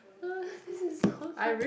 this is so